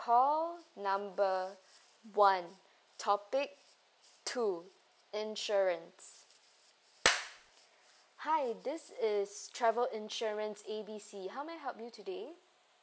call number one topic two insurance hi this is travel insurance A B C how may I help you today